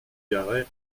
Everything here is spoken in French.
garey